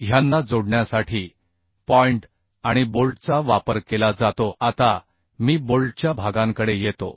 ह्यांना जोडण्यासाठी पॉइंट आणि बोल्टचा वापर केला जातो आता मी बोल्टच्या भागांकडे येतो